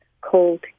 cold